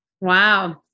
Wow